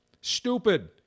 Stupid